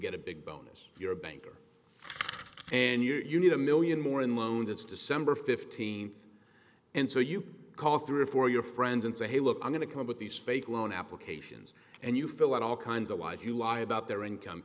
get a big bonus you're a banker and you're need a million more in loans it's december fifteenth and so you can call three or four your friends and say hey look i'm going to come up with these fake loan applications and you fill out all kinds of lies you lie about their income